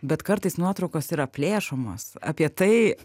bet kartais nuotraukos yra plėšomos apie tai